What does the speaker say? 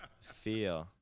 Fear